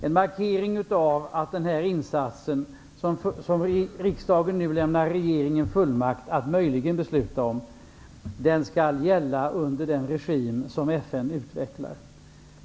En markering av att denna insats som riksdagen nu lämnar regeringen fullmakt att möjligen besluta om, skall gälla under den regim som FN utvecklar.